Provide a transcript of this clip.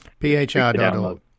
phr.org